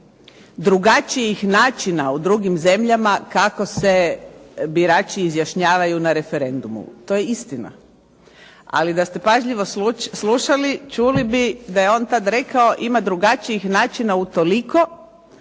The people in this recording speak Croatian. drugačijih načina u drugim zemljama kako se birači izjašnjavaju na referendumu. To je istina, ali da ste pažljivo slušali čuli bi da je on tad rekao ima drugačijih načina utoliko